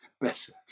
better